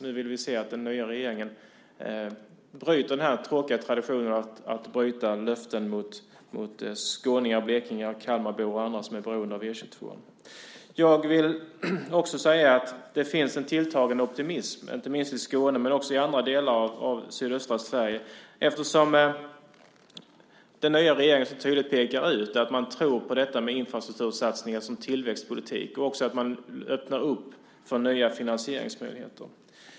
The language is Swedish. Nu vill vi se att den nya regeringen bryter den tråkiga traditionen att bryta löften till skåningar, blekingar, Kalmarbor och andra som är beroende av E 22:an. Jag vill också säga att det finns en tilltagande optimism, inte minst i Skåne men också i andra delar av sydöstra Sverige, eftersom den nya regeringen så tydligt pekar ut att man tror på infrastruktursatsningar som tillväxtpolitik och också öppnar för nya finansieringsmöjligheter.